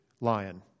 lion